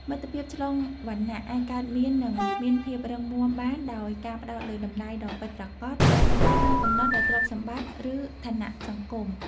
មិត្តភាពឆ្លងវណ្ណៈអាចកើតមាននិងមានភាពរឹងមាំបានដោយការផ្តោតលើតម្លៃដ៏ពិតប្រាកដដែលមិនត្រូវបានកំណត់ដោយទ្រព្យសម្បត្តិឬឋានៈសង្គម។